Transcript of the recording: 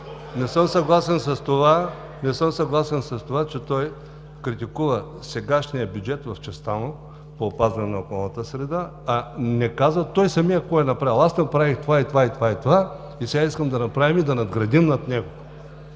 Не съм съгласен с това, че той критикува сегашния бюджет в частта му по опазване на околната среда, а не казва той самият какво е направил: „Аз направих това, това и това – сега искам да надградим над него.“